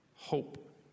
hope